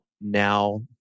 now